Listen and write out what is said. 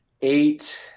eight